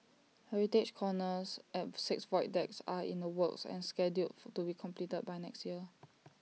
heritage corners at six void decks are in the works and scheduled to be completed by next year